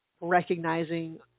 recognizing